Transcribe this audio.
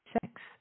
sex